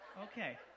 Okay